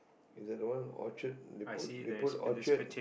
is it the one orchard they put they put orchard